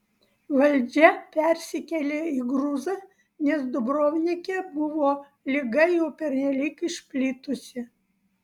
valdžia persikėlė į gruzą nes dubrovnike buvo liga jau pernelyg išplitusi